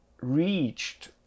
reached